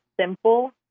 simple